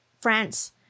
France